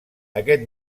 aquest